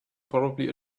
probably